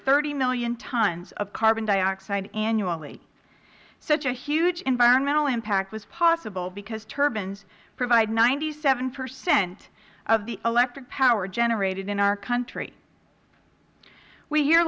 thirty million tons of carbon dioxide annually such a huge environmental impact was possible because turbines provide ninety seven percent of the electric power generated in our country we hear